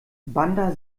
bandar